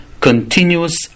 continuous